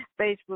facebook